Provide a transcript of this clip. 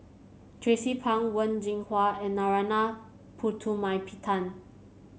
Tracie Pang Wen Jinhua and Narana Putumaippittan